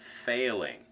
failing